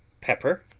pepper,